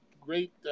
great